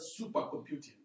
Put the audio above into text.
supercomputing